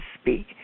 speak